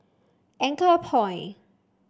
Anchorpoint